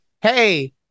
hey